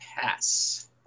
pass